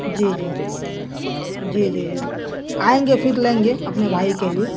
جی جی جی جی جی آئیں گے پھر لیں گے اپنے بھائی کے لیے